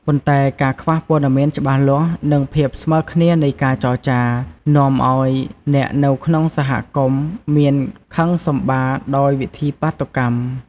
ប៉ុន្តែការខ្វះព័ត៌មានច្បាស់លាស់និងភាពស្មើរគ្នានៃការចរចា នាំឲ្យអ្នកនៅក្នុងសហគមន៍មានខឹងសម្បារដោយវិធីបាតុកម្ម។